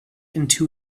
into